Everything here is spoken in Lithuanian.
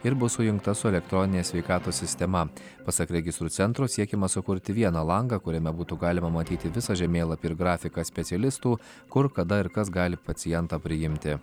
ir bus sujungta su elektronine sveikatos sistema pasak registrų centro siekiama sukurti vieną langą kuriame būtų galima matyti visą žemėlapį ir grafiką specialistų kur kada ir kas gali pacientą priimti